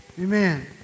Amen